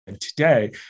today